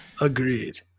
Agreed